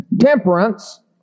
temperance